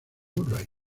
murray